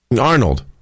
Arnold